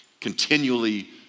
continually